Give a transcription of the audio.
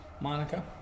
Monica